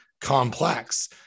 complex